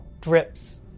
drips